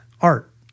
art